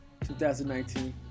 2019